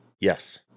Yes